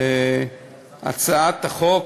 הצעת חוק